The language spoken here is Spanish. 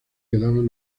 quedaban